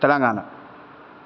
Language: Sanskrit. तेलङ्गान